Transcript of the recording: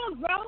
bro